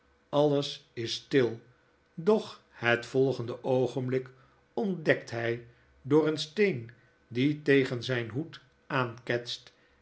alles is stil doch het volgende oogenblik ontdekt hfl door een steen die tegen zfln hoed